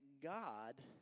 God